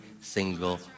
single